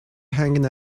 hanging